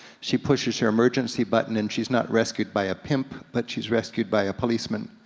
she pushes her emergency button and she's not rescued by a pimp, but she's rescued by a policeman.